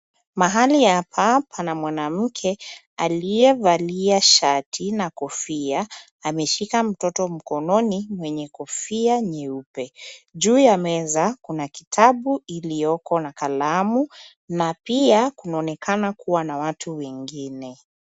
Mahali hapa pana mwanamke, aliyevalia shati na kofia, ameshika mtoto mkononi mwenye kofia nyeupe. Juu ya meza, kuna kitabu ilioko na kalamu na pia kunaonekana kuwa na watu wengine.